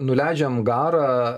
nuleidžiam garą